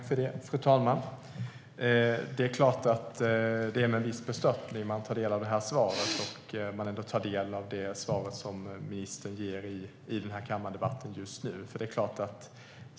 Fru talman! Det är med viss bestörtning man tar del av det här svaret och av svaret som ministern ger i debatten just nu.